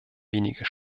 weniger